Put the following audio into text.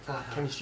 (uh huh)